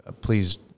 please